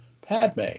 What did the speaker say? Padme